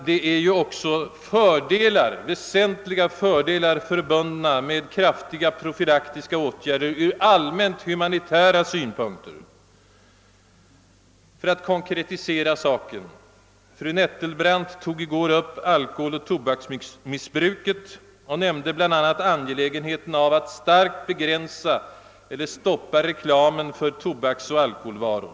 Det är ju också väsentliga fördelar förbundna med kraftiga profylaktiska åtgärder från allmänt humanitära synpunkter. För att nu konkretisera saken vill jag anknyta till vad fru Nettelbrandt yttrade i går, då hon tog upp alkoholoch tobaksmissbruket och nämnde angelägenheten av att starkt begränsa eller stoppa reklamen för tobaksoch alkoholvaror.